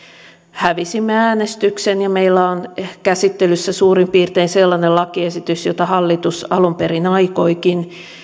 hävisimme äänestyksen ja meillä on käsittelyssä suurin piirtein sellainen lakiesitys jota hallitus alun perin aikoikin